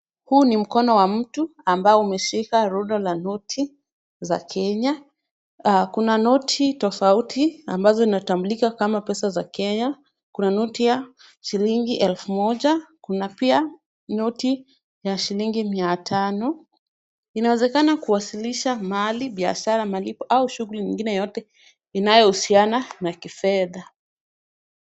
Huu ni mkono wa mtu ambao umeshika rundo la noti za Kenya. Kuna noti tofauti ambazo zinatambulika kama pesa za Kenya. Kuna noti ya shilingi elfu moja. Kuna pia noti ya shilingi mia tano. Inawezekana kuwasilisha mahali biashara , malipo au shughuli nyingine yoyote inayohusiana na kifedha.